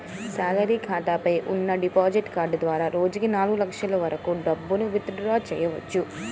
salary ఖాతాపై ఉన్న debit card ద్వారా రోజుకి నాలుగు లక్షల వరకు డబ్బులను విత్ డ్రా చెయ్యవచ్చు